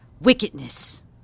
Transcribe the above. wickedness